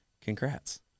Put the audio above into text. congrats